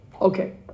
okay